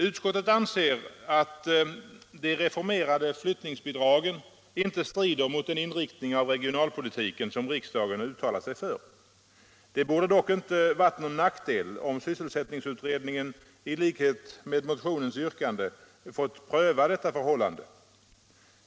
Utskottet anser att de reformerade flyttningsbidragen inte strider mot den inriktning av regionalpolitiken som riksdagen har uttalat sig för. Det borde dock inte ha varit någon nackdel om sysselsättningsutredningen i likhet med motionens yrkande hade fått pröva detta förhållande.